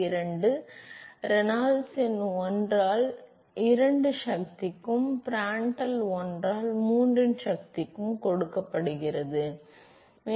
332 Reynolds எண்ணை 1 ஆல் 2 சக்திக்கும் பிராண்ட்ட்ல் 1 ஆல் 3 இன் சக்திக்கும் கொடுக்கப்படுகிறது என்று சொன்னோம்